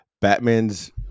Batman's